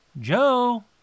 Joe